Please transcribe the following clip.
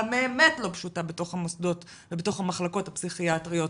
והבאמת לא פשוטה בתוך המוסדות ובתוך המחלקות הפסיכיאטריות,